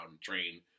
train